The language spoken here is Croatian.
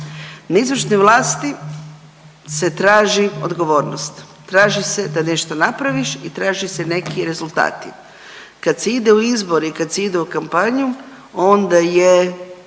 Na izvršnoj vlasti se traži odgovornost, traži se da nešto napraviš i traži se neki rezultati. Kad se ide u izbor i kad se ide u kampanju, onda je,